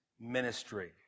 ministry